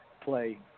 play